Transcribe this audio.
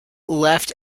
left